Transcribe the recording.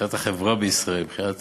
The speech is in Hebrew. מבחינת החברה בישראל, מבחינת